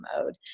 mode